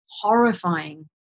horrifying